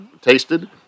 tasted